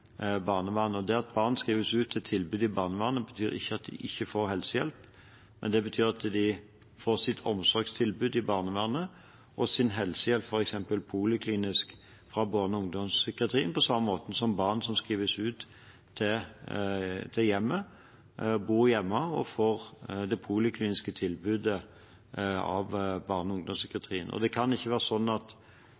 barnevernet. Det at barn skrives ut til tilbud i barnevernet, betyr ikke at de ikke får helsehjelp, men det betyr at de får sitt omsorgstilbud i barnevernet, og sin helsehjelp, f.eks. poliklinisk, fra barne- og ungdomspsykiatrien, på samme måten som barn som skrives ut til hjemmet, som bor hjemme og får det politikliniske tilbudet av barne- og